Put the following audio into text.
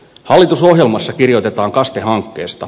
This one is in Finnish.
hallitusohjelmassa kirjoitetaan kaste hankkeesta